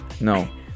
No